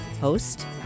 host